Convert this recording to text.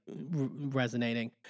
resonating